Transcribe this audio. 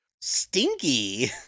Stinky